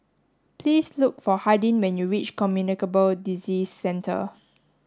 please look for Hardin when you reach Communicable Disease Centre